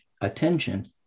attention